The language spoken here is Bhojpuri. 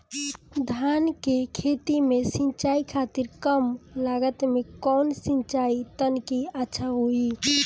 धान के खेती में सिंचाई खातिर कम लागत में कउन सिंचाई तकनीक अच्छा होई?